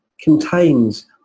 contains